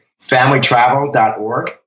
familytravel.org